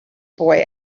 boy